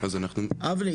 אבני,